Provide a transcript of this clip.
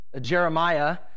Jeremiah